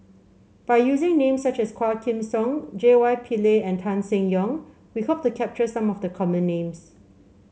by using names such as Quah Kim Song J Y Pillay and Tan Seng Yong we hope to capture some of the common names